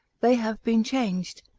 they have been changed,